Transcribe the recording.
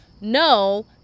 no